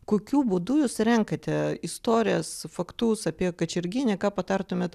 kokiu būdu jūs renkate istorijas faktus apie kačerginę ką patartumėt